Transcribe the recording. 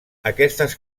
aquestes